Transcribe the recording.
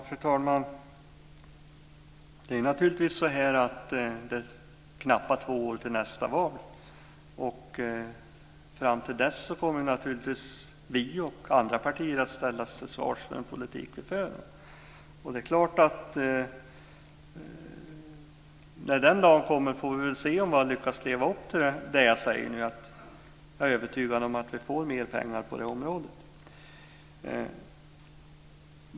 Fru talman! Det är knappt två år till nästa val, och fram till dess kommer vi och andra partier naturligtvis att ställas till svars för den politik vi för. När den dagen kommer får vi se om vi har lyckats leva upp till det jag nu säger, att jag är övertygad om att vi får mer pengar på det här området.